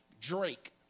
Drake